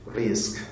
risk